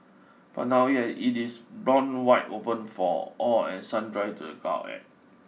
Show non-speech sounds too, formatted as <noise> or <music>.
but now yet it is blown wide open for all and sundry to gawk at <noise>